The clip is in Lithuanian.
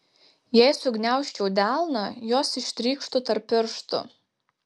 jei sugniaužčiau delną jos ištrykštų tarp pirštų